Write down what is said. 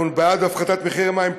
אנחנו בעד הפחתת מחירי מים.